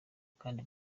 kandi